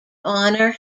honor